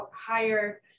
higher